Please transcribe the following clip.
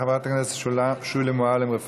חברת הכנסת שולי מועלם-רפאלי.